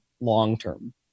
long-term